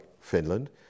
Finland